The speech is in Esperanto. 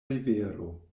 rivero